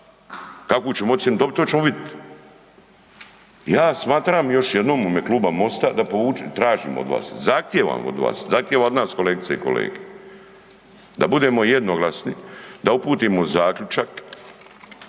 kakvu ćemo ocjenu dobiti, to ćemo vidjeti. Ja smatram, još jednom u ime Kluba Mosta da povučete, tražim od vas, zahtijevam od vas, zahtijevam od vas, kolegice i kolege, da budemo jednoglasni, da uputimo zaključak